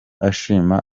ashima